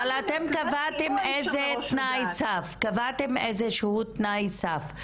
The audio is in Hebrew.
אבל אתם קבעתם איזשהו תנאי סף,